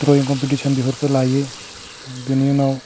drawing competition बेफोरखौ लायो बिनि उनाव